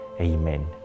amen